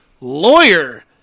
Lawyer